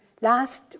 Last